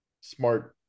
smart